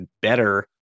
better